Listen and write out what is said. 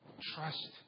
Trust